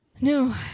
no